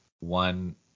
One